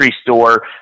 store